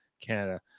Canada